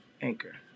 Anchor